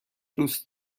دوست